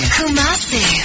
Kumasi